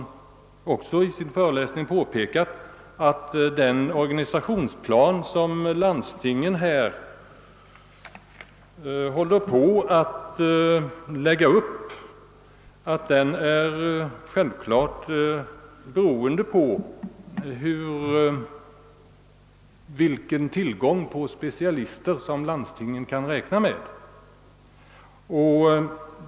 pekade i sin föreläsning att den organisationsplan, som landstingen håller på att lägga upp, självfallet är beroende av vilken tillgång på specialister som landstingen kan räkna med.